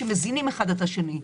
שמזינים האחד את השני.